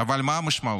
אבל מה המשמעות?